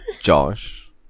Josh